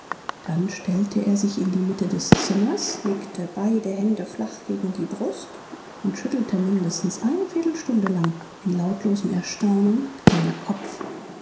dann stellte er sich in die mitte des zimmers legte beide hände flach gegen die brust und schüttelte mindestens eine viertelminute lang in lautlosem erstaunen den kopf